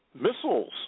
missiles